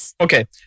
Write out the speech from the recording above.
Okay